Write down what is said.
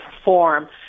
perform